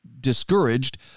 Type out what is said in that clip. discouraged